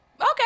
okay